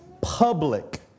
public